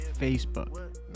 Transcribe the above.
Facebook